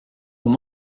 aux